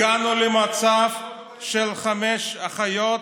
הגענו למצב של חמש אחיות